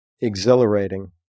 exhilarating